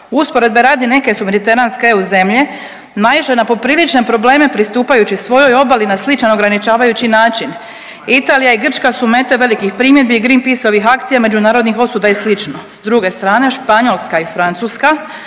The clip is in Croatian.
Usporedbe radi neke su mediteranske EU zemlje naišle na poprilične probleme pristupajući svojoj obali na sličan ograničavajući način. Italija i Grčka su mete velikih primjedbi Greenpeace-ovih akcija, međunarodnih osuda i slično. S druge strane Španjolska i Francuska